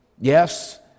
Yes